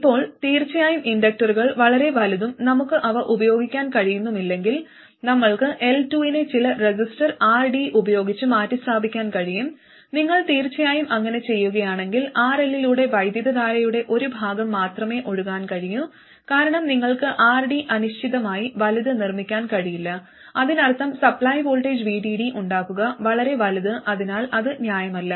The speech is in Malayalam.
ഇപ്പോൾ തീർച്ചയായും ഇൻഡക്ടറുകൾ വളരെ വലുതും നമുക്ക് അവ ഉപയോഗിക്കാൻ കഴിയുന്നുമില്ലെങ്കിൽ നമ്മൾക്ക് L2 നെ ചില റെസിസ്റ്റർ RD ഉപയോഗിച്ച് മാറ്റിസ്ഥാപിക്കാൻ കഴിയും നിങ്ങൾ തീർച്ചയായും അങ്ങനെ ചെയ്യുകയാണെങ്കിൽ RL ലൂടെ വൈദ്യുതധാരയുടെ ഒരു ഭാഗം മാത്രമേ ഒഴുകാൻ കഴിയൂ കാരണം നിങ്ങൾക്ക് RD അനിശ്ചിതമായി വലുത് നിർമ്മിക്കാൻ കഴിയില്ല അതിനർത്ഥം സപ്ലൈ വോൾട്ടേജ് VDD ഉണ്ടാക്കുക വളരെ വലുത് അതിനാൽ അത് ന്യായമല്ല